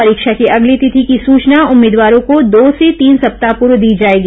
परीक्षा की अगली तिथि की सुचना उम्मीदवारों को दो से तीन सप्ताह पूर्व दी जाएगी